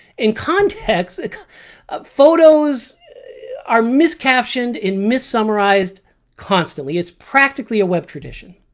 in-context ah photos are miscaptioned and misummarized constantly it's practically a web tradition.